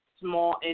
small